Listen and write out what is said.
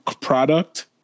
product